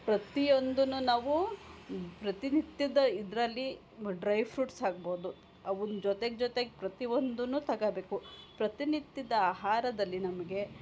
ಪ್ರತಿಯೊಂದನ್ನೂ ನಾವೂ ಪ್ರತಿನಿತ್ಯದ ಇದರಲ್ಲಿ ಡ್ರೈ ಫ್ರುಟ್ಸ್ ಆಗ್ಬೋದು ಅವನ್ನು ಜೊತೆ ಜೊತೆಗೆ ಪ್ರತಿಯೊಂದನ್ನು ತಗೊಳ್ಬೇಕು ಪ್ರತಿನಿತ್ಯದ ಆಹಾರದಲ್ಲಿ ನಮಗೆ